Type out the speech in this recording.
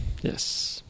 Yes